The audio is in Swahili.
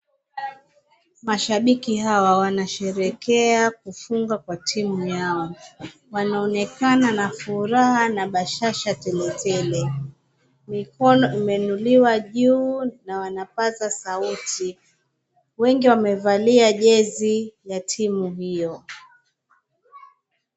Mashabiki hawa wanasherehekea kufunga kwa timu yao. Wanaonekana na furaha na bashasha teletele. Mikono imeinuliwa juu na wanapaza sauti. Wengi wamevalia jezi ya timu hio.